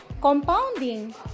Compounding